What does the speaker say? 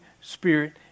Spirit